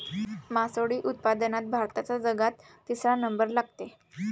मासोळी उत्पादनात भारताचा जगात तिसरा नंबर लागते